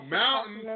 mountain